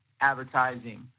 advertising